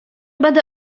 będę